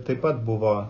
taip pat buvo